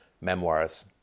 memoirs